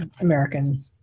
American